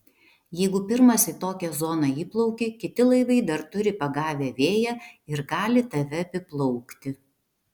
jeigu pirmas į tokią zoną įplauki kiti laivai dar turi pagavę vėją ir gali tave apiplaukti